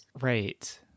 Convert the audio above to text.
Right